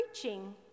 preaching